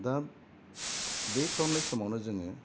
दा बे खालामनाय समावनो जोङो